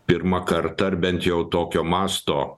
pirmą kartą ar bent jau tokio masto